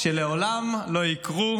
שלעולם לא יקרו,